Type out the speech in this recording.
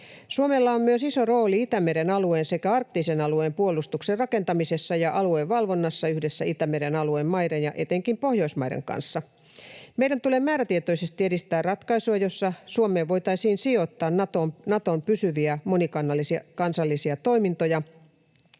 Suomella on myös iso rooli Itämeren alueen sekä arktisen alueen puolustuksen rakentamisessa ja aluevalvonnassa yhdessä Itämeren alueen maiden ja etenkin Pohjoismaiden kanssa. Meidän tulee määrätietoisesti edistää ratkaisua, jossa Suomeen voitaisiin sijoittaa Naton pysyviä monikansallisia toimintoja.